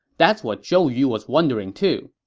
that's what zhou yu was wondering, too.